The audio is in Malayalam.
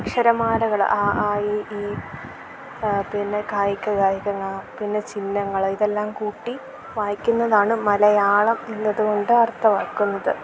അക്ഷരമാലകൾ അ ആ ഇ ഈ പിന്നെ ക ഖ ഗ ഘ ങ്ങ പിന്നെ ചിഹ്നങ്ങൾ ഇതെല്ലാം കൂട്ടി വായിക്കുന്നതാണ് മലയാളം എന്നത് കൊണ്ട് അർഥമാക്കുന്നത്